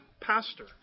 pastor